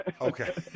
Okay